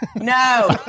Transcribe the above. No